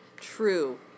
true